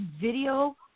video